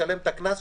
ישלם את הקנס,